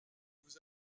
vous